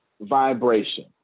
vibration